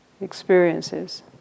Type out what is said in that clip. experiences